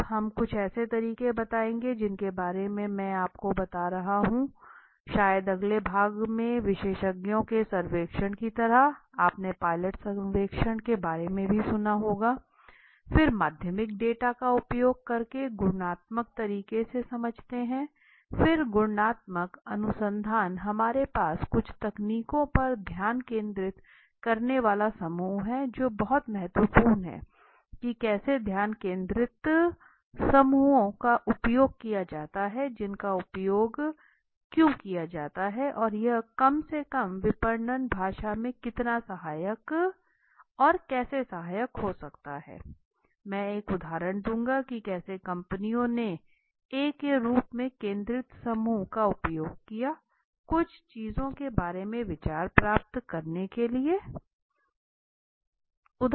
अब हम कुछ ऐसे तरीके बताएंगे जिनके बारे में मैं आपको बता रहा हूं शायद अगले भाग में विशेषज्ञों के सर्वेक्षण की तरह आपने पायलट सर्वेक्षण के बारे में भी सुना होगा फिर माध्यमिक डेटा का उपयोग करके गुणात्मक तरीके से समझते हैं फिर गुणात्मक अनुसंधान हमारे पास कुछ तकनीकों पर ध्यान केंद्रित करने वाला समूह है जो बहुत महत्वपूर्ण है कि कैसे ध्यान केंद्रित समूहों का उपयोग किया जाता है कि उनका उपयोग क्यों किया जाता है और यह कम से कम विपणन भाषा में इतना सहायक कैसे हो सकता है मैं एक उदाहरण दूंगा कि कैसे कंपनियों ने ए के रूप में केंद्रित समूह का उपयोग किया है कुछ चीजों के बारे में विचार प्राप्त करने के लिए उदाहरण के लिए